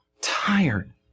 tired